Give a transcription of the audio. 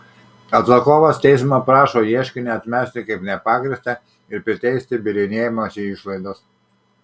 atsakovas teismo prašo ieškinį atmesti kaip nepagrįstą ir priteisti bylinėjimosi išlaidas